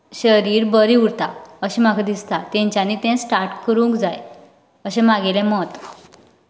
शरीर बरें उरता अशें म्हाका दिसता तेंच्यानी तें स्टार्ट करूंक जाय अशें म्हागेलें मत